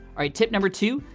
right, tip number two,